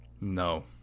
No